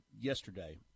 yesterday